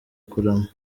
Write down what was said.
kurama